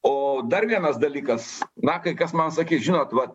o dar vienas dalykas na kai kas man sakys žinot va